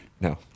No